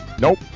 Nope